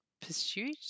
pursuit